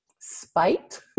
spite